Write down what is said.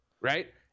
right